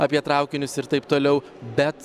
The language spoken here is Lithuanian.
apie traukinius ir taip toliau bet